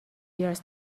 years